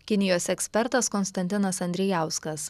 kinijos ekspertas konstantinas andrijauskas